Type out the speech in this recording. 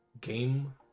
game